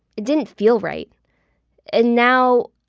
it didn't feel right and now,